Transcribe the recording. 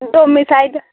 domicile